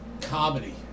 Comedy